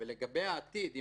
ולגבי העתיד,